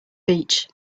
beach